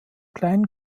kleinen